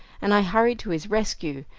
and i hurried to his rescue,